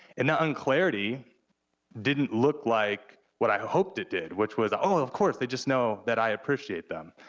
and that unclarity didn't look like what i hoped it did, which was oh, of course, they just know that i appreciate them.